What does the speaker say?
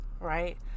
right